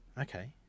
Okay